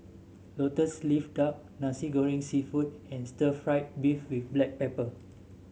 lotus leaf duck Nasi Goreng seafood and Stir Fried Beef with Black Pepper